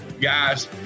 guys